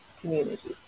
community